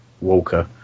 Walker